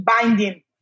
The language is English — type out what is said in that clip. binding